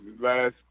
last